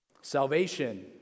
Salvation